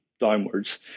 downwards